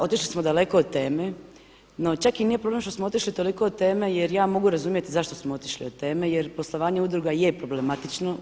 Otišli smo daleko od teme, no čak i nije problem što smo otišli toliko od teme jer ja mogu razumjeti zašto smo otišli od teme jer poslovanje udruga je problematično.